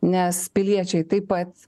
nes piliečiai taip pat